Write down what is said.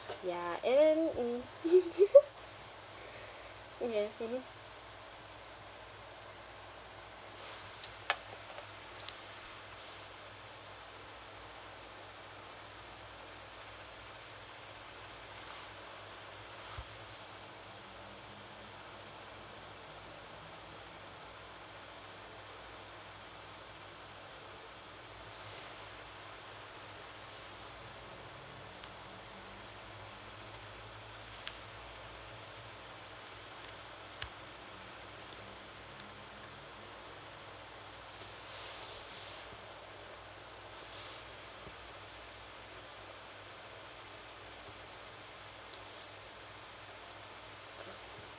ya and then mm ya mmhmm